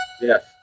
Yes